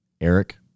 Eric